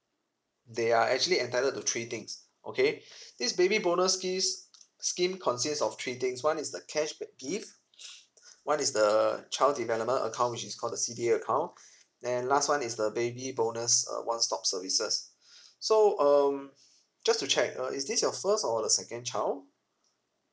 they are actually entitled to three things okay this baby bonus gifts scheme consist of three things one is the cash ba~ gift one is the child development account which is called the C_D_A account and last one is the baby bonus uh one stop services so um just to check uh is this your first or the second child